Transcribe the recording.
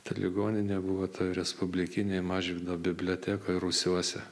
ta ligoninė buvo toj respublikinėj mažvydo bibliotekoj rūsiuose